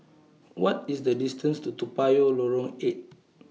What IS The distance to Toa Payoh Lorong eight